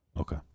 Okay